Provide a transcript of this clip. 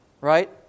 right